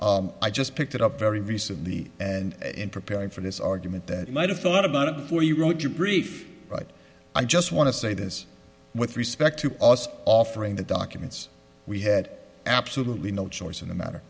have i just picked it up very recently and in preparing for this argument that might have thought about it before you wrote your brief right i just want to say this with respect to offering the documents we had absolutely no choice in the matter